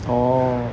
orh